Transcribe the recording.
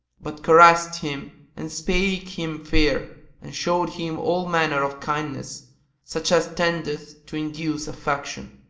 but caressed him and spake him fair and showed him all manner of kindness such as tendeth to induce affection.